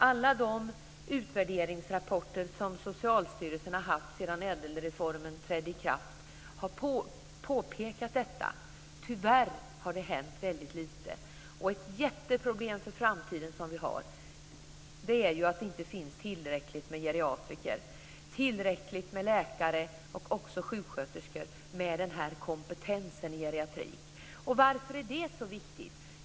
Alla utvärderingsrapporter som har kommit från Socialstyrelsen sedan ädelreformen trädde i kraft har påpekat detta. Tyvärr har det hänt väldigt lite. Ett jätteproblem som vi har inför framtiden är ju att det inte finns tillräckligt med geriatriker, tillräckligt med läkare och sjuksköterskor med geriatrisk kompetens. Varför är det så viktigt?